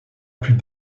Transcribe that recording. plus